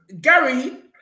Gary